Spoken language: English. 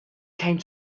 came